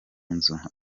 nzu